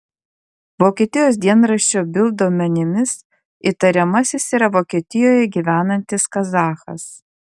vokietijos dienraščio bild duomenimis įtariamasis yra vokietijoje gyvenantis kazachas